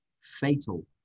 fatal